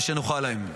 ושנוכל להם.